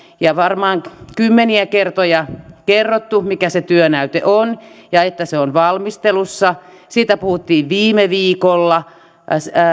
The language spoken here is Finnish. ja varmaan kymmeniä kertoja kerrottu mikä se työnäyte on ja että se on valmistelussa siitä puhuttiin viime viikolla